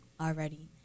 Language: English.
already